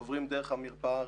עוברים דרך המרפאה הראשונית,